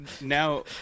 now